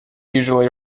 usually